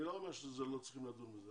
אני לא אומר שלא צריכים לדון בזה.